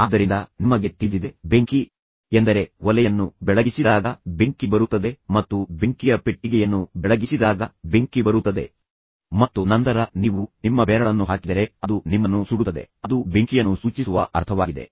ಆದ್ದರಿಂದ ನಿಮಗೆ ತಿಳಿದಿದೆ ಬೆಂಕಿ ಎಂದರೆ ನೀವು ಒಲೆಯನ್ನು ಬೆಳಗಿಸಿದಾಗ ಬೆಂಕಿ ಬರುತ್ತದೆ ಮತ್ತು ನಂತರ ನೀವು ಬೆಂಕಿಯ ಪೆಟ್ಟಿಗೆಯನ್ನು ಬೆಳಗಿಸಿದಾಗ ಬೆಂಕಿ ಬರುತ್ತದೆ ಮತ್ತು ನಂತರ ನೀವು ನಿಮ್ಮ ಬೆರಳನ್ನು ಹಾಕಿದರೆ ಅದು ನಿಮ್ಮನ್ನು ಸುಡುತ್ತದೆ ಅದು ಬೆಂಕಿಯನ್ನು ಸೂಚಿಸುವ ಅರ್ಥವಾಗಿದೆ